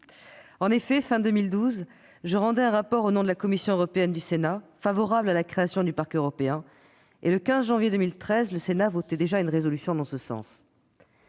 En effet, fin 2012, je rendais un rapport au nom de la commission des affaires européennes du Sénat, favorable à la création du Parquet européen et, le 15 janvier 2013, le Sénat votait déjà une résolution en ce sens.